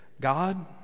God